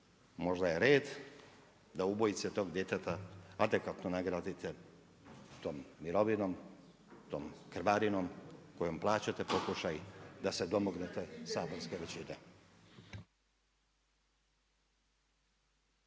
Možda je red da ubojice tog djeteta adekvatno nagradite tom mirovinom, tom krvarinom kojom plaćate pokušaj da se domognete saborske većine.